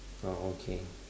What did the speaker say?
oh okay